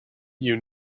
you